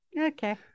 okay